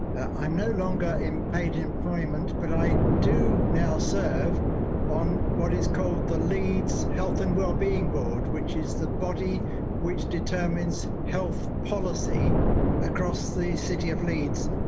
i'm no longer in paid employment, but i do now serve on what is called the leeds health and wellbeing board, which is the body which determines health policy across the city of leeds,